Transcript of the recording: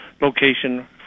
location